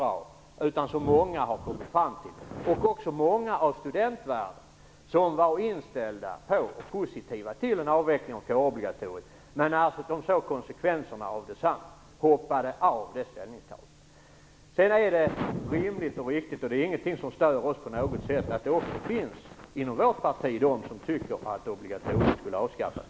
Många andra har kommit fram till den, även många inom studentvärlden som var inställda på och positiva till en avveckling av kårobligatoriet, men som såg konsekvenserna och hoppade av det ställningstagandet. Det är rimligt och riktigt, ingenting som stör oss på något sätt, att det också inom vårt parti finns sådana som tycker att obligatoriet borde avskaffas.